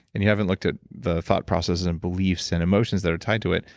and you haven't looked at the thought processes, and beliefs, and emotions that are tied to it,